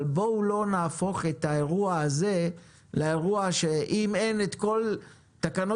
אבל בואו לא נהפוך את האירוע הזה לאירוע שאם אין את כל תקנות